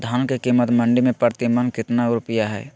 धान के कीमत मंडी में प्रति मन कितना रुपया हाय?